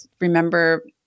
remember